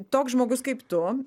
toks žmogus kaip tu